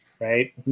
Right